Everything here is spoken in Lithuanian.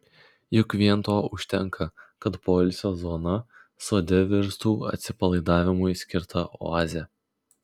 juk vien to užtenka kad poilsio zona sode virstų atsipalaidavimui skirta oaze